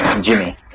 Jimmy